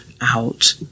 out